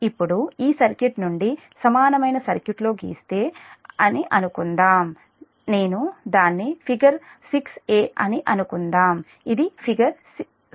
ఇప్పుడు ఈ సర్క్యూట్ నుండి సమానమైన సర్క్యూట్ లో గిస్తే నా అని అనుకుందాం నేను దీన్ని ఫిగర్ 6a అని అనుకుందాం ఇది ఫిగర్ 6a